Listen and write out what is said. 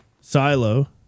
silo